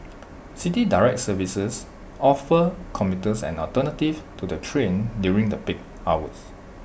City Direct services offer commuters an alternative to the train during the peak hours